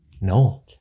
No